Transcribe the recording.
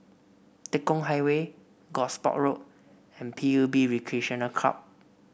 Tekong Highway Gosport Road and P U B Recreational Club